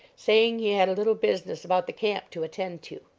saying he had a little business about the camp to attend to.